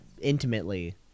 intimately